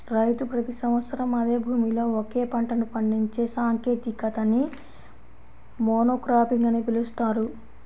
రైతు ప్రతి సంవత్సరం అదే భూమిలో ఒకే పంటను పండించే సాంకేతికతని మోనోక్రాపింగ్ అని పిలుస్తారు